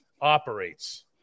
operates